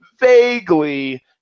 vaguely